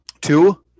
Two